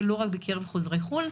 ולא רק בקרב החוזרים מחו"ל,